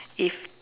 if